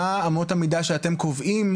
מה אמות המידה שאתם קובעים